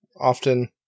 often